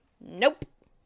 Nope